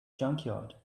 junkyard